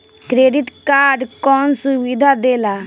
Credit card कौन सुबिधा देला?